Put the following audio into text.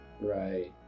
Right